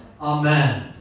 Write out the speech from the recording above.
Amen